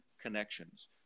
connections